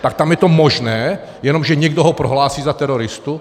Tak tam je to možné, jenom proto, že někdo ho prohlásí za teroristu?